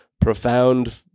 profound